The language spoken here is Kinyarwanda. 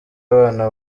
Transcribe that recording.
abana